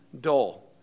dull